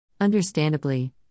Understandably